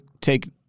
take